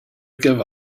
give